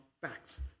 facts